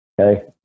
okay